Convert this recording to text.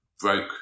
broke